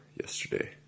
yesterday